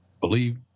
Believe